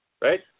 Right